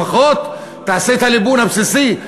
לפחות תעשה את הליבון הבסיסי.